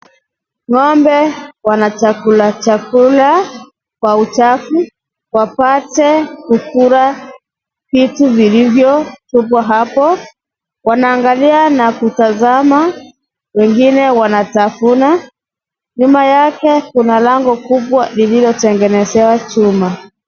Ngombe, wanachakura chakura kwa uchafu, wapate kukula, vitu vilivyo tupwa hapo, wanaangalia na kutazama, wengine wanatafuna, nyuma yake kuna lango kubwa lililo tengenezewa chuma.